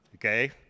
Okay